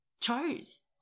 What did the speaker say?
chose